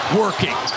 working